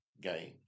game